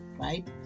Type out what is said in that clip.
right